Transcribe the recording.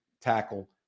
tackle